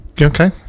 Okay